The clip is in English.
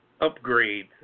upgrade